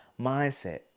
mindset